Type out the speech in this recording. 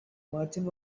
merchant